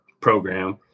program